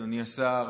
אדוני השר,